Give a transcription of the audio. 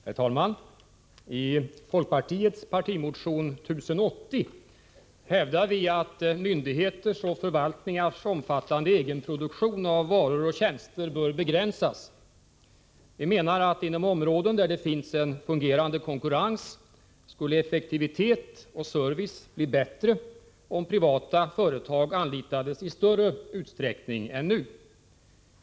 Herr talman! I folkpartiets partimotion 1080 hävdar vi att myndigheters och förvaltningars omfattande egenproduktion av varor och tjänster bör begränsas. Vi menar, att inom områden där det finns en fungerande konkurrens skulle effektivitet och service påverkas positivt om privata företag anlitades i större utsträckning än nu.